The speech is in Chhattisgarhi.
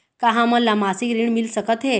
का हमन ला मासिक ऋण मिल सकथे?